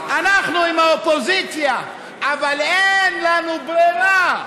אנחנו עם האופוזיציה, אבל אין לנו ברירה,